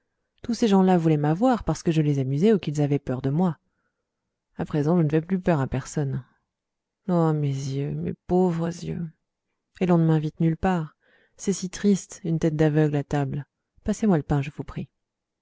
tous ces gens-là voulaient m'avoir parce que je les amusais ou qu'ils avaient peur de moi à présent je ne fais plus peur à personne ô mes yeux mes pauvres yeux et l'on ne m'invite nulle part c'est si triste une tête d'aveugle à table passez-moi le pain je vous prie